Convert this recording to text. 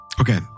Okay